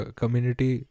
community